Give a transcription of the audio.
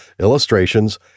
illustrations